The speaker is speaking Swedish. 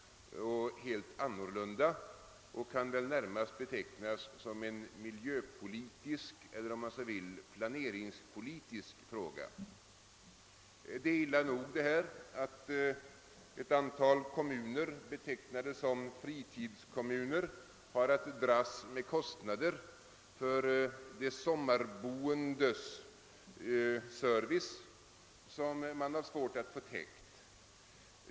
Den kan betecknas som en miljöpolitisk eller — om man så vill — planeringspolitisk fråga. Det är illa nog att ett antal kommuner — betecknade »fritidskommuner» — måste dras med kostnader för de sommarboendes service, vilka man har svårt att få täckta.